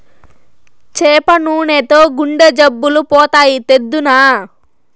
చేప నూనెతో గుండె జబ్బులు పోతాయి, తెద్దునా